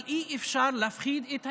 אבל אי-אפשר להפחיד את הילדים.